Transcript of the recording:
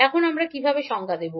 এখন আমরা কীভাবে সংজ্ঞা দেব